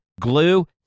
Glue